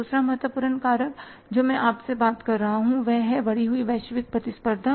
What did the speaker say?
दूसरा महत्वपूर्ण कारक जो मैं आपसे बात कर रहा हूं वह है बढ़ी हुई वैश्विक प्रतिस्पर्धा